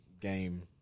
game